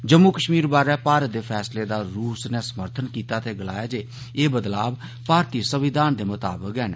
जम्मू कश्मीर बारै भारत दे फैसले दा रूस नै समर्थन कीता ते गलाया जे एह् बदलाव भारतीय संविधान दे मताबक गै है'न